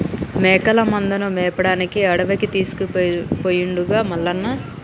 మేకల మందను మేపడానికి అడవికి తీసుకుపోయిండుగా మల్లన్న